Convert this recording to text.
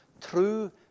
true